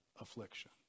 affliction